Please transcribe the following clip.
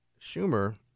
Schumer